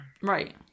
Right